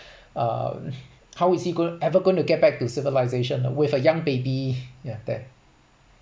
uh how is he go~ ever going to get back to civilization with a young baby ya that